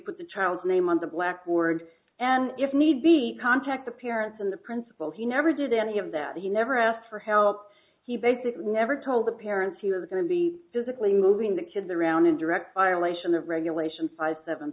put the child's name on the blackboard and if need be contact the parents and the principal he never did any of that he never asked for help he basically never told the parents he was going to be physically moving the kids around in direct violation of regulation five seven